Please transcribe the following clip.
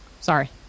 Sorry